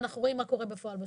ואנחנו רואים מה קורה בפועל בשטח.